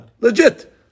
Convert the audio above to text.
Legit